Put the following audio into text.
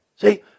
See